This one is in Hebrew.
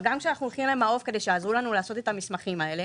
אבל גם כשאנחנו הולכים למעוף כדי שיעזרו לעשות את המסמכים האלה,